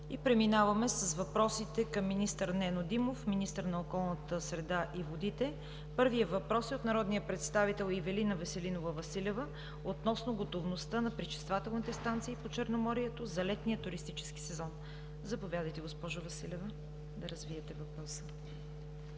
Преминаваме с въпроси към министър Нено Димов – министър на околната среда и водите. Първият въпрос е от народния представител Ивелина Веселинова Василева относно готовността на пречиствателните станции по Черноморието за летния туристически сезон. Заповядайте, госпожо Василева. ИВЕЛИНА ВАСИЛЕВА